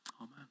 Amen